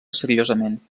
seriosament